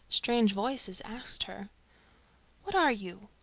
strange voices asked her what are you?